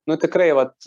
nu tikrai vat